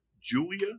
Julia